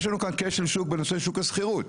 יש לנו כאן כשל שוק בנושא שוק השכירות.